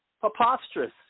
preposterous